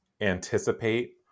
anticipate